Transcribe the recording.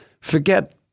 forget